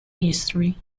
history